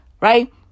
right